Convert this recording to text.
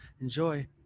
Enjoy